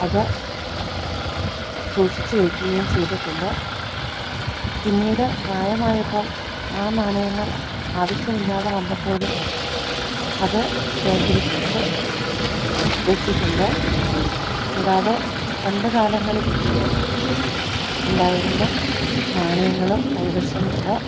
അത് സൂക്ഷിച്ച് വെക്കുകയും ചെയ്തിട്ടുണ്ട് പിന്നീട് പ്രായമായപ്പോൾ ആ നാണയങ്ങൾ ആവശ്യമില്ലാതെ വന്നപ്പോഴും അത് ശേഖരിച്ച് വെച്ചിട്ടുണ്ട് കൂടാതെ പണ്ട് കാലങ്ങളിൽ ഉണ്ടായിരുന്ന നാണയങ്ങളും കൈവശമുണ്ട്